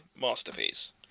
masterpiece